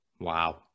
Wow